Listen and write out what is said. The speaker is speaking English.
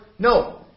No